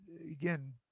Again